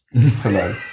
Hello